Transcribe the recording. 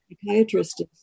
psychiatrist